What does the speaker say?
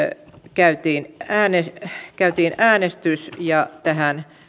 käytiin äänestys käytiin äänestys ja tähän